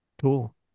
Cool